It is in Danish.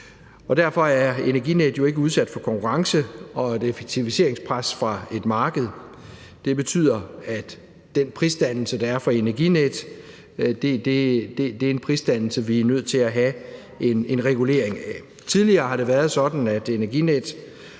Derfor er Energinet jo ikke udsat for konkurrence og et effektiviseringspres fra et marked, og det betyder, at den prisdannelse, der er for Energinet, er en prisdannelse, vi er nødt til at have en regulering af. Tidligere har det været sådan, at Energinet